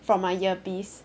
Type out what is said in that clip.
from my earpiece